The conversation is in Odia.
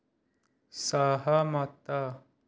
ସହମତ